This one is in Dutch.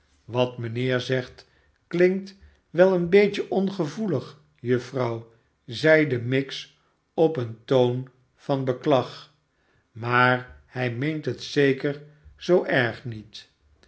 wat mijnheer zegt klinkt wel een beetje ongevoelig juffrouw zeide miggs op een toon van beklag smaar hij meent het zeker zoo erg niet